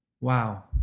Wow